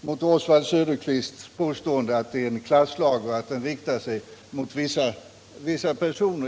mot Oswald Söderqvists påstående att det är en klasslag och att den riktar sig mot vissa personer.